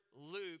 Luke